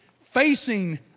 facing